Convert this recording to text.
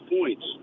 points